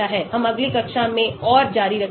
हम अगली कक्षा में और जारी रखेंगे